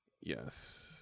yes